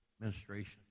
administration